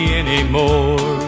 anymore